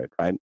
right